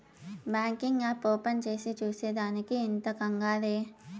banking app open చేసి చూసే దానికి ఇంత కంగారే